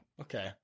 Okay